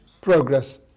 progress